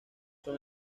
son